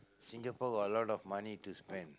Singapore got a lot of money to spend